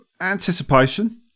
anticipation